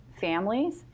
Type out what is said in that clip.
families